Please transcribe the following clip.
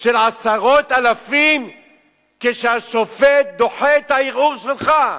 של עשרות אלפים כשהשופט דוחה את הערעור שלך?